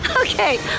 Okay